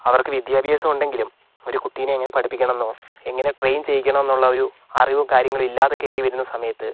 അവർക്ക് വിദ്യാഭ്യാസം ഉണ്ടെങ്കിലും ഒരു കുട്ടീനെ എങ്ങനെ പഠിപ്പിക്കണം എന്നോ എങ്ങനെ ട്രെയിൻ ചെയ്യിക്കണമെന്നുള്ള ഒരു അറിവും കാര്യങ്ങളും ഇല്ലാതെ കയറി വരുന്ന സമയത്ത്